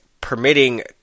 permitting